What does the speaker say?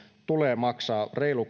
tulee maksaa reilu